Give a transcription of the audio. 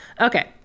Okay